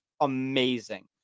amazing